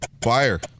Fire